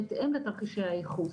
בהתאם לתרחישי הייחוס.